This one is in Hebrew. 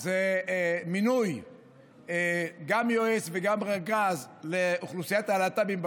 זה מינוי גם יועץ וגם רכז לאוכלוסיית הלהט"בים בעיר,